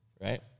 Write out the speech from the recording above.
right